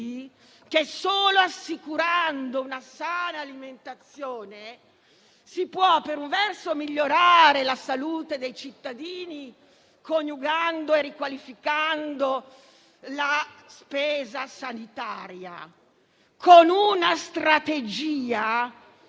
che, solo assicurando una sana alimentazione, si può anzitutto migliorare la salute dei cittadini, coniugando e riqualificando la spesa sanitaria, con una strategia